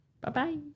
bye-bye